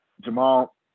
Jamal